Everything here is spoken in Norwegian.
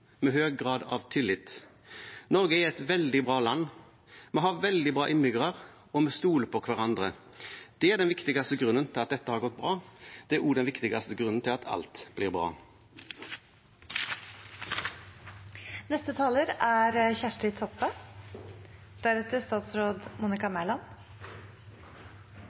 med høy grad av tillit. Norge er et veldig bra land. Vi har veldig bra innbyggere, og vi stoler på hverandre. Det er den viktigste grunnen til at dette har gått bra. Det er også den viktigste grunnen til at alt blir